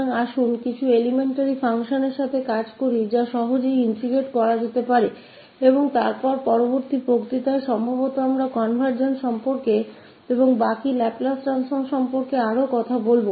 तो आइए कुछ प्राथमिक कार्यों के साथ चलते हैं जिन्हें आसानी से इंटेग्रेट किया जा सकता है और फिर बाद में संभवतः अगले व्याख्यान में हम convergence और लाप्लास परिवर्तन के अस्तित्व के बारे में अधिक बात करेंगे